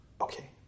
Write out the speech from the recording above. Okay